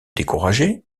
décourager